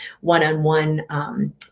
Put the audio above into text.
one-on-one